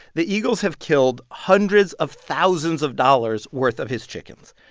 the eagles have killed hundreds of thousands of dollars' worth of his chickens.